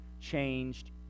changed